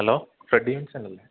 hello ഫ്രെഡീംസനല്ലേ